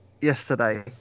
yesterday